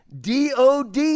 DOD